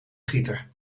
gieter